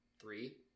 three